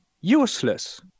useless